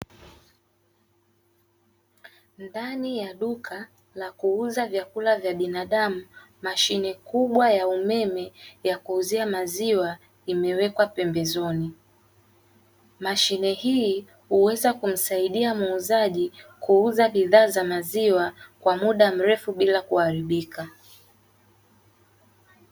Ndani ya duka la kuuza vyakula vya binadamu mashine kubwa ya umeme ya kuuzia maziwa imewekwa pembezoni, mashin hii huweza kumsaidia muuzaji kuuza bidhaa za maziwa kwa muda mrefu bila kuharibika.